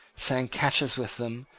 sang catches with them,